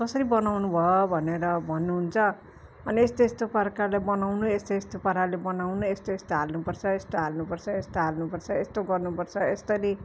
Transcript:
कसरी बनाउनु भयो भनेर भन्नुहुन्छ अनि यस्तो यस्तो प्रकारले बनाउनु यस्तो यस्तो पाराले बनाउनु यस्तो यस्तो हाल्नुपर्छ यस्तो हाल्नुपर्छ यस्तो हाल्नुपर्छ यस्तो गर्नुपर्छ यस्तरी